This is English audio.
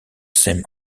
same